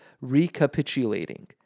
recapitulating